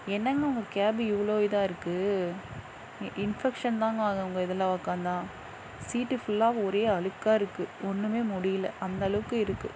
என்னங்க உங்கள் கேபு இவ்வளோ இதாக இருக்குது இ இன்ஃபெக்ஷன் தாங்க ஆகும் உங்க இதில் உக்காந்தா சீட்டு ஃபுல்லாக ஒரே அழுக்கா இருக்குது ஒன்றுமே முடியல அந்த அளவுக்கு இருக்குது